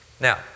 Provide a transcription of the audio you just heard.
Now